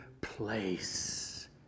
place